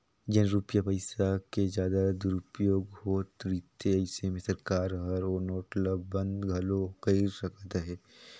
जेन रूपिया पइसा के जादा दुरूपयोग होत रिथे अइसे में सरकार हर ओ नोट ल बंद घलो कइर सकत अहे